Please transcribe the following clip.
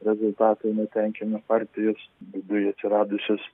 rezultatai netenkina partijos viduj atsiradusios